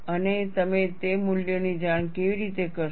અને તમે તે મૂલ્યોની જાણ કેવી રીતે કરશો